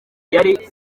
yari